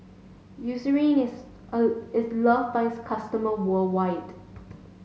Eucerin is a is loved by its customer worldwide